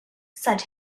said